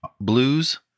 blues